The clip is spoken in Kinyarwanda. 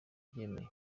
abyemeye